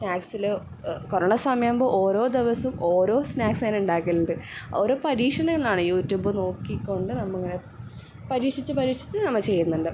സ്നാക്സില് corona സമയമാകുമ്പോൾ ഓരോ ദിവസ്സവും ഓരോ സ്നാക്ക്സ് ഞാൻ ഉണ്ടാക്കലുണ്ട് ഓരോ പരീഷണങ്ങളാണ് യൂറ്റൂബ് നോക്കി ക്കൊണ്ട് നമ്മള് പരീക്ഷിച്ച് പരീക്ഷിച്ച് നമ്മൾ ചെയ്യുന്നുണ്ട്